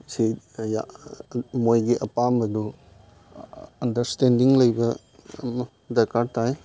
ꯃꯣꯏꯒꯤ ꯑꯄꯥꯝꯕꯗꯨ ꯑꯟꯗꯔꯁꯇꯦꯟꯗꯤꯡ ꯂꯩꯕ ꯑꯃ ꯗꯔꯀꯥꯔ ꯇꯥꯏ